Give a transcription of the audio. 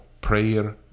prayer